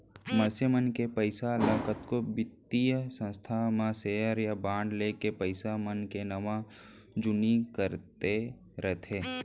मनसे मन के पइसा ल कतको बित्तीय संस्था मन सेयर या बांड लेके पइसा मन के नवा जुन्नी करते रइथे